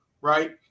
right